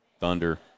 Thunder